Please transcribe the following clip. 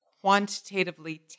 quantitatively